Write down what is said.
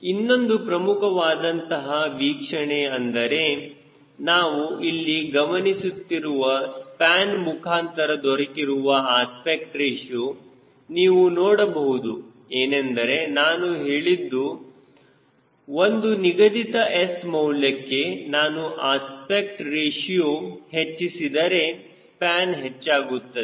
ಇನ್ನೊಂದು ಪ್ರಮುಖವಾದಂತಹ ವೀಕ್ಷಣೆಯ ಅಂದರೆ ನಾವು ಇಲ್ಲಿ ಗಮನಿಸುತ್ತಿರುವುದು ಸ್ಪ್ಯಾನ್ ಮುಖಾಂತರ ದೊರಕಿರುವ ಅಸ್ಪೆಕ್ಟ್ ರೇಶಿಯೋ ನೀವು ನೋಡಬಹುದು ಏನೆಂದರೆ ನಾನು ಹೇಳಿದ್ದು ಒಂದು ನಿಗದಿತ S ಮೌಲ್ಯಕ್ಕೆ ನಾನು ಅಸ್ಪೆಕ್ಟ್ ರೇಶಿಯೋ ಹೆಚ್ಚಿಸಿದರೆ ಸ್ಪ್ಯಾನ್ ಹೆಚ್ಚಾಗುತ್ತದೆ